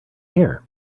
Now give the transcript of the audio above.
here